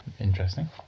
Interesting